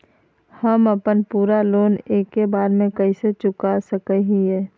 हम अपन पूरा लोन एके बार में कैसे चुका सकई हियई?